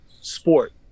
sport